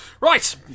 Right